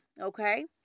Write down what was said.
okay